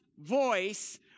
voice